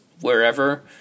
wherever